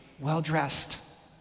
well-dressed